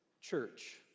Church